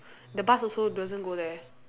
the bus also doesn't go there